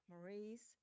Maurice